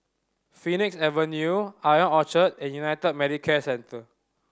Phoenix Avenue Ion Orchard and United Medicare Centre